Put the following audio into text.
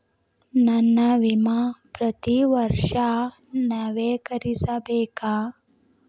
ನನ್ನ ವಿಮಾ ಪ್ರತಿ ವರ್ಷಾ ನವೇಕರಿಸಬೇಕಾ?